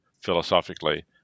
philosophically